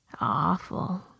Awful